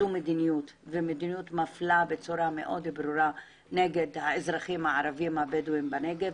זו מדיניות מפלה מאוד ברורה בין האזרחים הערבים הבדואים בנגב,